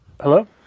Hello